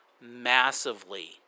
massively